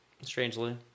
strangely